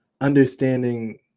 understanding